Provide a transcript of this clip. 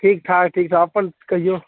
ठीक ठाक ठीक ठाक अपन कहिऔ